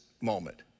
moment